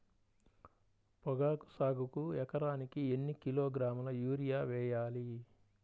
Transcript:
పొగాకు సాగుకు ఎకరానికి ఎన్ని కిలోగ్రాముల యూరియా వేయాలి?